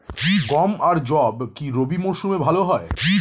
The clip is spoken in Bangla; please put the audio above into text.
গম আর যব কি রবি মরশুমে ভালো হয়?